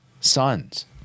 sons